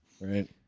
Right